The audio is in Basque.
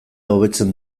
hobetzen